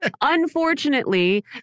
unfortunately